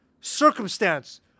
circumstance